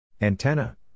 Antenna